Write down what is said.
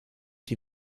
die